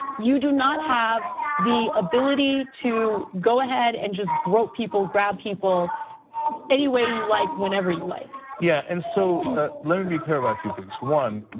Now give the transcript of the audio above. you do not have the ability to go ahead and just grow people, grab people anyway you like whenever you like. yeah and so let and me be clear about two things. one,